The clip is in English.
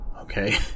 okay